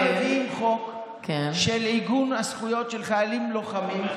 אנחנו מביאים חוק של עיגון הזכויות של חיילים לוחמים,